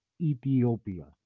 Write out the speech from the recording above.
Ethiopia